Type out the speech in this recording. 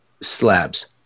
slabs